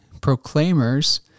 proclaimers